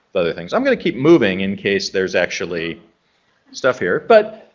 other things. i'm gonna keep moving in case there's actually stuff here, but,